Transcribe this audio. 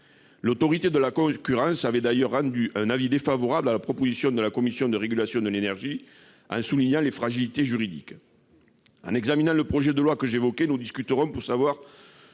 L'Autorité de la concurrence avait d'ailleurs rendu un avis défavorable à la proposition de la Commission de régulation de l'énergie en soulignant les fragilités juridiques. Lors de l'examen du projet de loi que j'évoquais, nous discuterons pour savoir